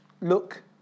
look